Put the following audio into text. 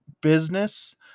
business